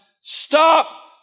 stop